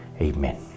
Amen